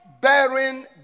bearing